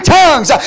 tongues